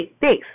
thanks